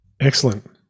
Excellent